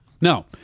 No